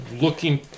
looking